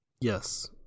Yes